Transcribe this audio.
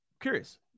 Curious